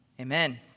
Amen